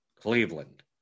Cleveland